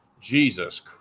Jesus